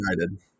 United